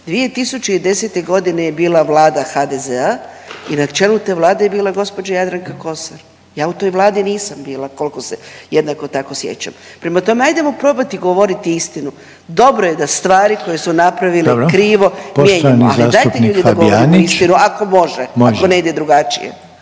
2010. godine je bila Vlada HDZ-a i na čelu te Vlade je bila gospođa Jadranka Kosor. Ja u toj Vladi nisam bila koliko se jednako tako sjećam. Prema tome, hajdemo probati govoriti istinu. Dobro je da stvari koje su napravili … …/Upadica Reiner: Dobro./… … krivo mijenjamo. Ali dajte ljudi da govorimo istinu ako može. Ako ne ide drugačije.